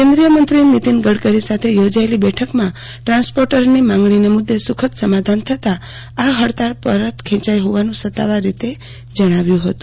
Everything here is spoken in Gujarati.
કેન્દ્રીય મંત્રી નિતીન ગડકરી સાથે યોજાયેલી બેઠકમાં ટ્રાન્સપોર્ટરોની માંગણી મુદ્દે સુ ખદ સમાધાન થતાં આ હડતાલ પરત ખેંચાઇ હોવાનું સત્તાવાર રીતે જણાવાયું હતું